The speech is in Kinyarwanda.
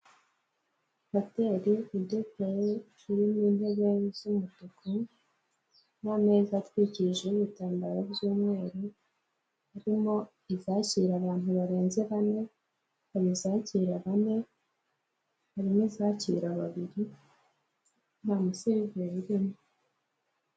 Hoteli idekoye irimo n'intebe z'umutuku n'ameza atwikirijeho ibitambaro by'umweru, harimo izakira abantu barenze bane, hari izakira bane ,hari n'izakira babiri nta museriveri urimo.